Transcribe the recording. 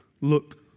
look